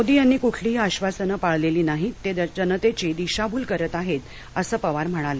मोदी यांनी कुठलीही आश्वासनं पाळलेली नाहीत ते जनतेची दिशाभूल करत आहेत अस पवार म्हणाले